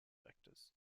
vectors